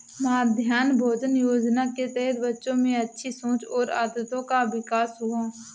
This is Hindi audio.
मध्याह्न भोजन योजना के तहत बच्चों में अच्छी सोच और आदतों का विकास हुआ